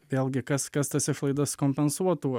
vėlgi kas kas tas išlaidas kompensuotų